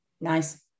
Nice